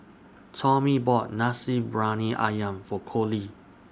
Tommy bought Nasi Briyani Ayam For Collie